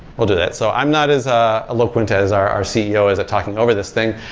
we'll do that so i'm not as a low point, as our ceo is talking over this thing.